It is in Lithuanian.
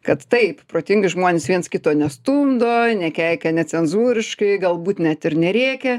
kad taip protingi žmonės viens kito nestumdo nekeikia necenzūriškai galbūt net ir nerėkia